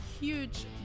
Huge